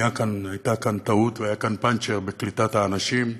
הייתה כאן טעות והיה כאן פנצ'ר בקליטת האנשים.